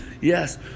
Yes